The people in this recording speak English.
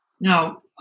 Now